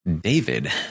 David